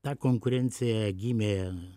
ta konkurencija gimė